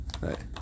Right